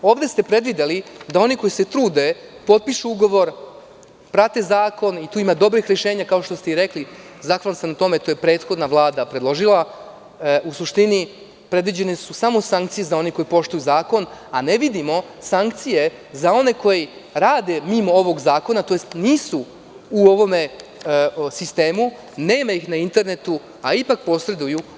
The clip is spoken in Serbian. Ovde ste predvideli da oni koji se trude, potpišu ugovor, prate zakon i tu ima dobrih rešenja kao što ste i rekli, zahvalan sam na tome da je to prethodna Vlada predložila, u suštini su predviđene samo sankcije za one koji poštuju zakon, a ne vidimo sankcije za one koji rade mimo ovog zakona, tj. nisu u ovom sistemu, nema ih na internetu, a ipak posreduju.